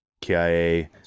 KIA